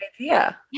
idea